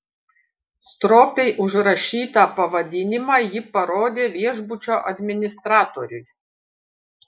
stropiai užrašytą pavadinimą ji parodė viešbučio administratoriui